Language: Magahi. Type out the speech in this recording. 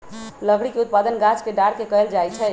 लकड़ी के उत्पादन गाछ के डार के कएल जाइ छइ